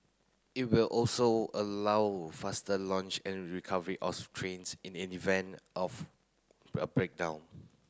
it will also allow faster launch and recovery of trains in the event of a breakdown